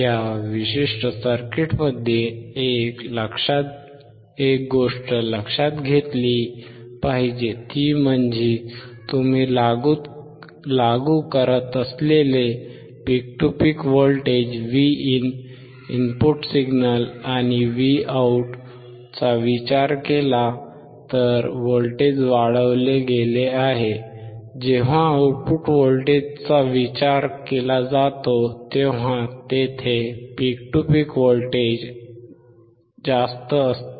या विशिष्ट सर्किटमध्ये एक गोष्ट लक्षात घेतली पाहिजे ती म्हणजे तुम्ही लागू करत असलेले peak to peak voltage Vin input signal आणि Voutचा विचार केला तर व्होल्टेज वाढवले गेले आहे जेव्हा आउटपुट व्होल्टेजचा विचार केला जातो तेव्हा तेथे पीक टू पीक व्होल्टेज जास्त असते